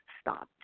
stopped